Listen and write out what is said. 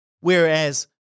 Whereas